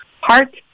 Heart